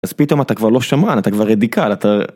אז פתאום אתה כבר לא שמרן, אתה כבר רדיקל, אתה...